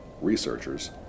researchers